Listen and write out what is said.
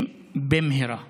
הרי למה שזה יקרה?